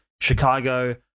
Chicago –